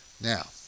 Now